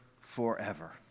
forever